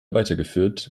weitergeführt